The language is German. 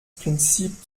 prinzip